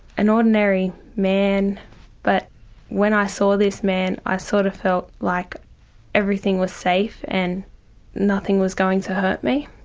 an ordinary man but when i saw this man i sort of felt like everything was safe and nothing was going to hurt me.